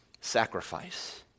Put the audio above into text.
sacrifice